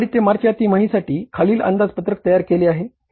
जानेवारी ते मार्च या तिमाहीसाठी खालील अंदाजपत्रक तयार केले आहे